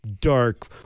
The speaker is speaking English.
dark